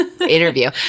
interview